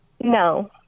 No